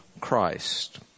Christ